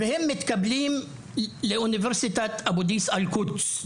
הם מתקבלים לאוניברסיטת אבו דיס אל-קודס.